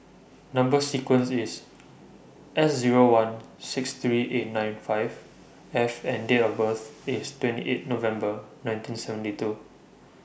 Number sequence IS S Zero one six three eight nine five F and Date of birth IS twenty eight November nineteen seventy two